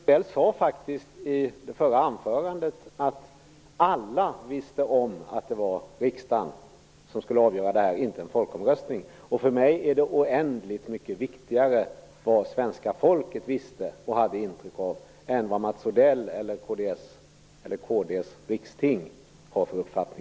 Herr talman! Mats Odell sade faktiskt i sitt anförande att alla visste om att det var riksdagen som skulle avgöra detta, inte en folkomröstning. För mig är det oändligt mycket viktigare vad svenska folket visste och hade ett intryck av än vilken uppfattning Mats Odell och Kristdemokraternas riksting har i frågan.